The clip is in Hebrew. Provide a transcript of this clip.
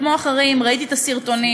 כמו אחרים ראיתי את הסרטונים,